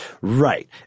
Right